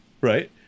right